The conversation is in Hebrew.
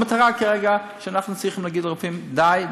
המטרה כרגע היא שאנחנו צריכים להגיד לרופאים: די,